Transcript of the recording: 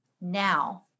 now